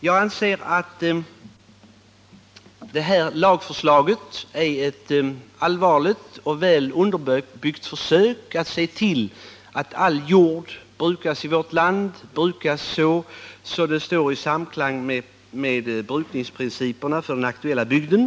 Jag anser att det här lagförslaget innebär ett allvarligt och väl underbyggt försök att se till att all jord i vårt land brukas på ett sådant sätt att det står i samklang med brukningsprinciperna för den aktuella bygden.